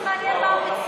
מה הוא מציע.